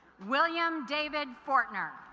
william david fourtner